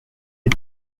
est